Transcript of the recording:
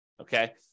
okay